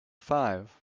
five